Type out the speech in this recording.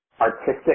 artistic